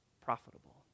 profitable